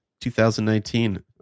2019